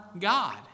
God